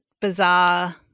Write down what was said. bizarre